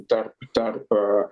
tarp tarp